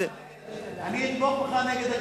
אתמוך בך נגד הקיצוץ.